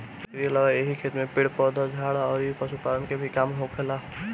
एकरी अलावा एही खेत में पेड़ पौधा, झाड़ी अउरी पशुपालन के भी काम होखेला